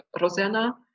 Rosanna